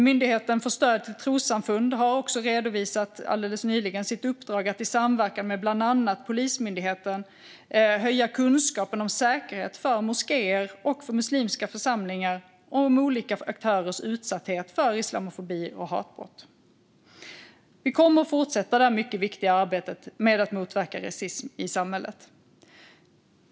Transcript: Myndigheten för stöd till trossamfund har också redovisat, alldeles nyligen, sitt uppdrag som handlar om att i samverkan med bland annat Polismyndigheten höja kunskapen om säkerhet för moskéer och för muslimska församlingar och om olika aktörers utsatthet för islamofobi och hatbrott. Vi kommer att fortsätta det mycket viktiga arbetet med att motverka rasism i samhället.